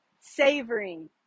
savoring